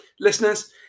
Listeners